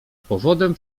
powodem